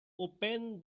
open